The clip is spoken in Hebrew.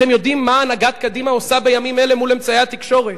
אתם יודעים מה הנהגת קדימה עושה בימים אלה מול אמצעי התקשורת.